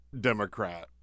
Democrat